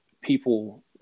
people –